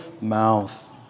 mouth